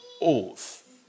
oath